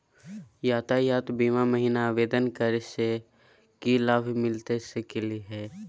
यातायात बीमा महिना आवेदन करै स की लाभ मिलता सकली हे?